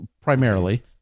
primarily